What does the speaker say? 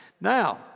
Now